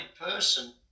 person